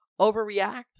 overreact